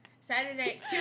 Saturday